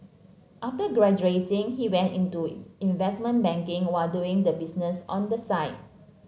after graduating he went into investment banking while doing the business on the side